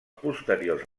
posteriors